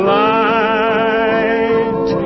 light